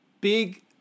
big